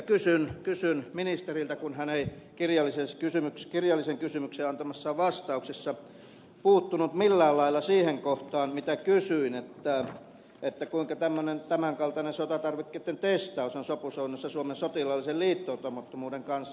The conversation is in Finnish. kysyn ministeriltä kun hän ei kirjoita jos kyse on kirjallisen kirjalliseen kysymykseen antamassaan vastauksessa puuttunut millään lailla siihen kohtaan mitä kysyin kuinka tämän kaltainen sotatarvikkeitten testaus on sopusoinnussa suomen sotilaallisen liittoutumattomuuden kanssa